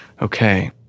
Okay